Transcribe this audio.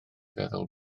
feddwl